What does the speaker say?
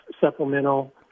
supplemental